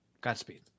Godspeed